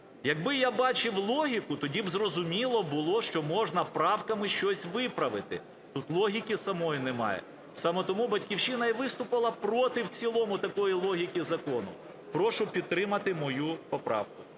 Якби я бачив логіку, тоді б зрозуміло було, що можна правками щось виправити. Тут логіки самої немає. Саме тому "Батьківщина" і виступила проти в цілому такої логіки закону. Прошу підтримати мою поправку.